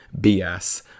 BS